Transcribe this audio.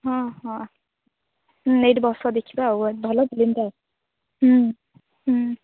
ହଁ ହଁ ଏଇଠି ବସ ଦେଖିବା ଆଉ ଭଲ ଫିଲ୍ମଟା